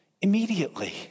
Immediately